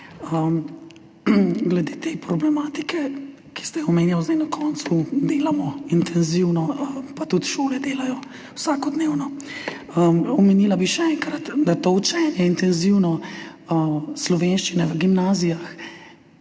Glede te problematike, ki ste jo omenjali zdaj na koncu, delamo intenzivno, pa tudi šole delajo vsakodnevno. Omenila bi še enkrat, da to intenzivno učenje slovenščine v gimnazijah,